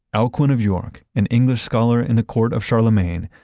alcuin of york, an english scholar in the court of charlemagne,